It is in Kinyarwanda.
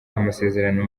amasezerano